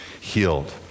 healed